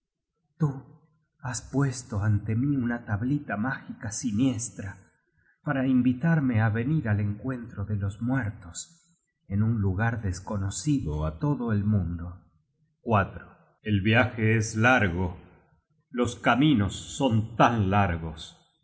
tú has puesto ante mí una tablita mágica siniestra para invitarme á venir al encuentro de los muertos en un lugar desconocido á todo el mundo content from google book search generated at el viaje es largo los caminos son tan largos los